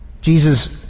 Jesus